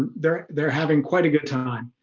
they're they're having quite a good time.